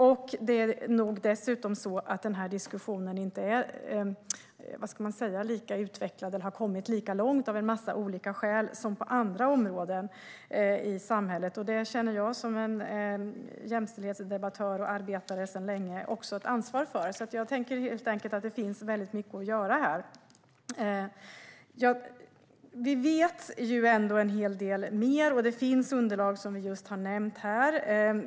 Det är nog dessutom på det sättet att diskussionen inte har kommit lika långt av en massa olika skäl, liksom på andra områden i samhället. Det känner jag som jämställdhetsdebattör och jämställdhetsarbetare sedan länge också ett ansvar för. Det finns alltså mycket att göra här. Vi vet ändå en hel del mer, och det finns underlag, vilket vi just har nämnt.